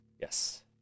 Yes